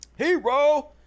Hero